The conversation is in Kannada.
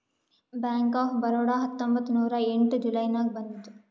ಬ್ಯಾಂಕ್ ಆಫ್ ಬರೋಡಾ ಹತ್ತೊಂಬತ್ತ್ ನೂರಾ ಎಂಟ ಜುಲೈ ನಾಗ್ ಬಂದುದ್